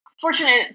fortunate